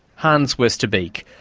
hans westerbeek.